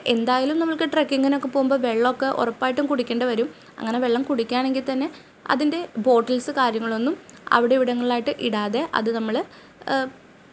എന്തായാലും നമ്മൾക്ക് ട്രക്കിങ്ങിനൊക്കെ പോകുമ്പോൾ വെള്ളമൊക്കെ ഉറപ്പായിട്ടും കുടിക്കേണ്ടി വരും അങ്ങനെ വെള്ളം കുടിക്കുക ആണെങ്കിൽ തന്നെ അതിൻ്റെ ബോട്ടിൽസ്സ് കാര്യങ്ങളൊന്നും അവിടെ ഇവിടങ്ങളിലായിട്ട് ഇടാതെ അത് നമ്മൾ